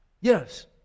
Yes